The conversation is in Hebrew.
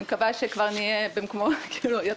אני מקווה שכבר נהיה במקומות --- יכול